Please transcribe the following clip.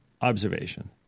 observation